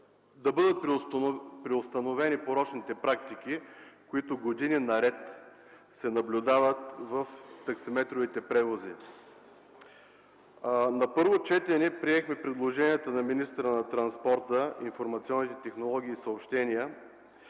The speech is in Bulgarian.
да бъдат преустановени порочните практики, които години наред се наблюдават в таксиметровите превози. На първо четене приехме предложенията на министъра на транспорта, информационните технологии и съобщенията,